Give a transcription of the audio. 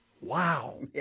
Wow